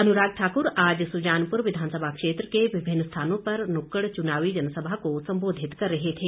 अनुराग ठाक्र आज सुजानपुर विधानसभा क्षेत्र के विभिन्न स्थानों पर नुक्कड़ चुनावी जनसभा को संबोधित कर रहे थे